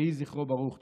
יהי זכרו ברוך.